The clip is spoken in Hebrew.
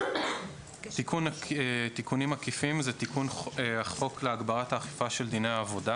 תיקון חוק להגברת האכיפה של דיני העבודה